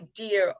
idea